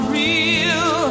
real